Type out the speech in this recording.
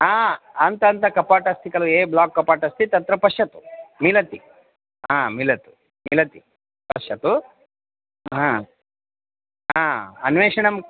हा अन्ते कपाट् अस्ति खलु ए ब्लाक् कपाट् अस्ति तत्र पश्यतु मिलति हा मिलति मिलति पश्यतु हा हा अन्वेषणम्